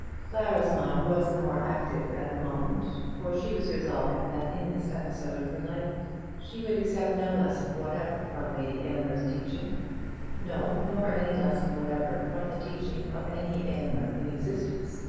clara's mind was the more active at the moment, for she was resolving that in this episode of her life she would accept no lesson whatever from lady aylmer's teaching no, nor any lesson whatever from the teaching of any aylmer in existence.